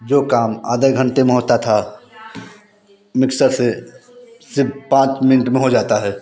जो काम आधा एक घंटे में होता था मिक्सर से सिर्फ पाँच मिंट में हो जाता है